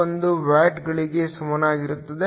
011 ವ್ಯಾಟ್ಗಳಿಗೆ ಸಮಾನವಾಗಿರುತ್ತದೆ